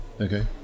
Okay